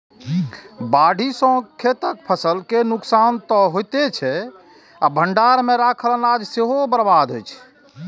बाढ़ि सं खेतक फसल के नुकसान तं होइते छै, भंडार मे राखल अनाज सेहो बर्बाद होइ छै